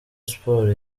sports